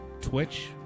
Twitch